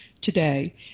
today